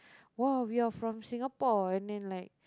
!wow! we are from Singapore and then like